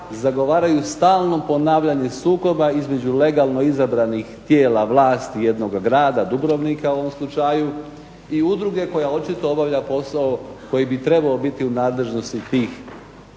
zagovaraju stalno ponavljanje sukoba između legalno izabranih tijela vlasti jednoga grada Dubrovnika u ovom slučaju i udruge koja očito obavlja posao koji bi trebao biti u nadležnosti tih